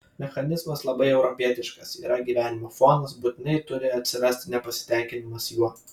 mechanizmas labai europietiškas yra gyvenimo fonas būtinai turi atsirasti nepasitenkinimas juo